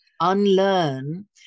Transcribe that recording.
unlearn